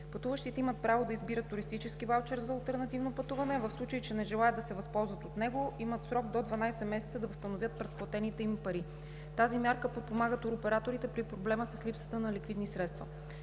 Пътуващите имат право да избират туристически ваучер за алтернативно пътуване, а в случай че не желаят да се възползват от него, имат срок до 12 месеца да възстановят предплатените им пари. Тази мярка подпомага туроператорите при проблема с липсата на ликвидни средства.